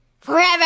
forever